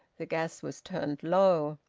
the gas was turned low.